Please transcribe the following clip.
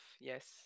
yes